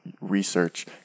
research